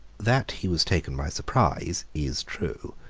that he was taken by surprise is true.